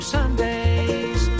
Sundays